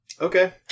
Okay